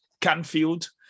Canfield